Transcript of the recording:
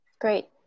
great